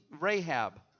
Rahab